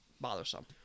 Bothersome